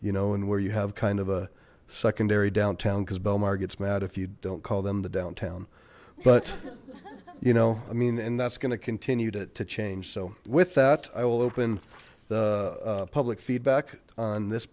you know and where you have kind of a secondary downtown because belmar gets mad if you don't call them the downtown but you know i mean and that's going to continue to change so with that i will open the public feedback on this